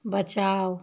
बचाओ